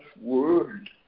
word